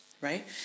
right